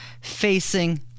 facing